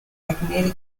magnetic